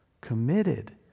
committed